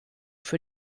für